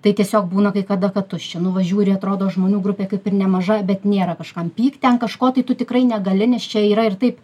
tai tiesiog būna kai kada kad tuščia nu va žiūri atrodo žmonių grupė kaip ir nemaža bet nėra kažkam pykti ant kažko tai tu tikrai negali nes čia yra ir taip